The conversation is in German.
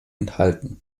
enthalten